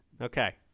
Okay